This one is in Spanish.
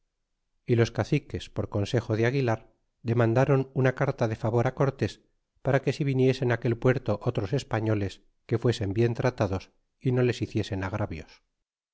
y los caciques por consejo de aguilar demandaron una carta de favor á cortes para que se viniesen á aquel puerto otros españoles que fuesen bien tratados y no les hiciesen agravios